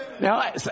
Now